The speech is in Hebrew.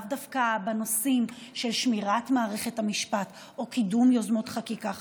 לאו דווקא בנושאים של שמירת מערכת המשפט או קידום יוזמות חקיקה חשובות.